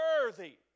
worthy